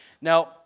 Now